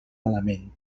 malament